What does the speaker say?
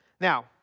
Now